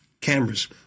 cameras